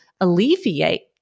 alleviate